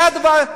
שהוא עילוי.